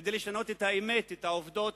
כדי לשנות את האמת, את העובדות